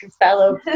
fellow